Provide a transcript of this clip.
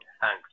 Thanks